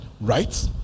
Right